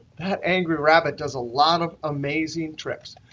that angry rabbit does a lot of amazing tricks.